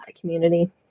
community